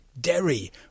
Derry